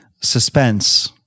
Suspense